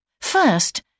First